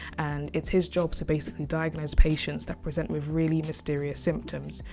and it's his job to basically diagnose patients that present with really mysterious symptoms.